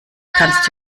kannst